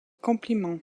compliments